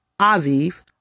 Aviv